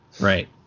Right